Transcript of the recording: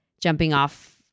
jumping-off